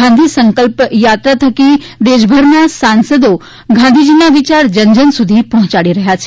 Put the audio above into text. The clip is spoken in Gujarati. ગાંધી સંકલ્પ યાત્રા થકી દેશભરના સાંસદશ્રીઓ ગાંધીજીના વિયાર જન જન સુધી પહોંચાડી રહ્યા છે